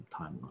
timeline